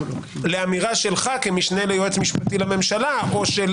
לאמירה שלך כמשנה ליועץ משפטי לממשלה או של